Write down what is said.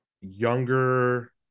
younger